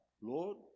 Lord